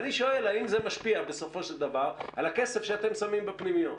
ואני שואל אם זה משפיע בסופו של דבר על הכסף שאתם שמים בפנימיות?